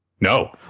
No